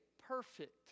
perfect